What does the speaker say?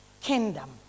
kingdom